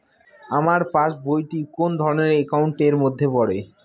আমার পাশ বই টি কোন ধরণের একাউন্ট এর মধ্যে পড়ে?